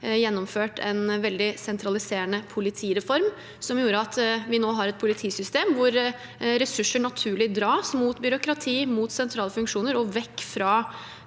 gjennomført en veldig sentraliserende politireform som gjorde at vi nå har et politisystem hvor ressurser naturlig dras mot byråkrati, mot sentrale funksjoner og vekk fra